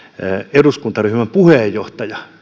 eduskuntaryhmän puheenjohtaja